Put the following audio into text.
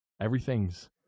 everything's